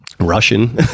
Russian